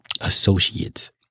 associates